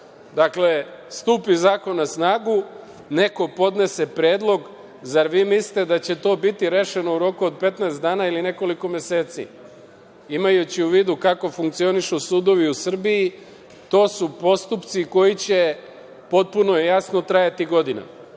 Dakle, stupi zakon na snagu, neko podnese predlog, zar mislite da će to biti rešeno u roku od 15 ili nekoliko meseci? Imajući u vidu kako funkcionišu sudovi u Srbiji to su postupci koji će potpuno jasno trajati godinama.